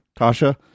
Tasha